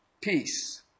peace